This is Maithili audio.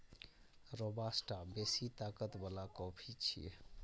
रोबास्टा बेसी ताकत बला कॉफी छियै